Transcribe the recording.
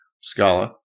Scala